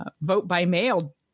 vote-by-mail